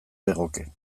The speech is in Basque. legoke